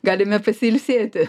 galime pasiilsėti